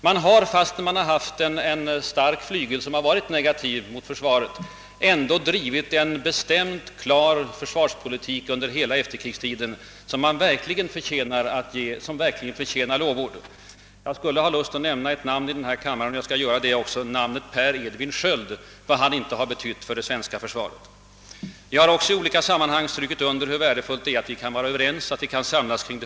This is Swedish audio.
De har, trots att de haft en stark flygel som ställt sig negativ till försvaret, under hela efterkrigstiden drivit en bestämd och klar försvarspolitik som verkligen förtjänar lovord. Jag skulle i detta sammanhang vilja nämna Per Edvin Sköld och vad han betytt för det svenska försvaret. Jag har också i olika sammanhang understrukit hur värdefullt det är att vi kan vara överens.